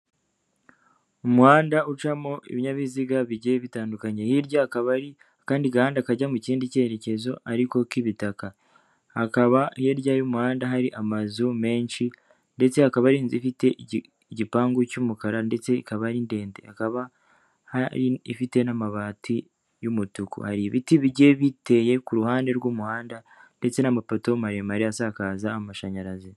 Umuhanda ucamo ibinyabiziga bigiye bitandukanye, hirya hakaba hari akandi gahanda kajya mu kindi cyerekezo ariko k'ibitaka, hakaba hirya y'umuhanda hari amazu menshi ndetse hakaba hari inzu ifite igipangu cy'umukara ndetse ikaba ari ndende ikaba ifite n'amabati y'umutuku, hari ibiti bigiye biteye ku ruhande rw'umuhanda ndetse n'amapoto maremare asakaza amashanyarazi.